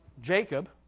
Jacob